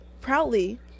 proudly